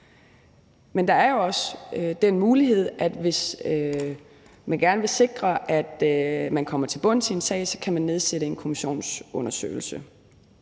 Men der er jo også den mulighed, at hvis man gerne vil sikre, at man kommer til bunds i en sag, så kan man iværksætte en kommissionsundersøgelse.